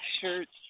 shirts